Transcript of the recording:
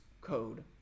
code